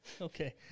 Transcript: Okay